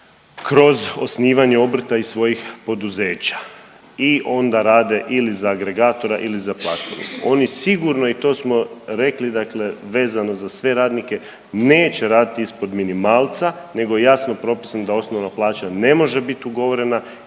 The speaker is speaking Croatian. kroz osnivanje obrta i svojih poduzeća i onda rade ili za agregatora ili za platformu. Oni sigurno i to smo rekli dakle vezano za sve radnike, neće raditi ispod minimalca nego je jasno propisano da osnovna plaća ne može bit ugovorena